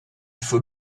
faut